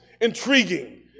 intriguing